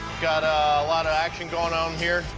got a lot of action going on here,